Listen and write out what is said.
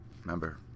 Remember